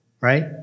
Right